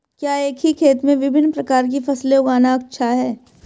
क्या एक ही खेत में विभिन्न प्रकार की फसलें उगाना अच्छा है?